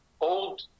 old